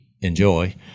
enjoy